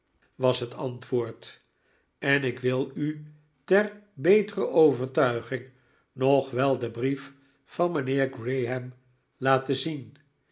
was het antwoord en ik wil u ter betere overtuiging nog wel den brief van mynheer graham laten zien